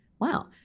wow